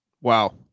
Wow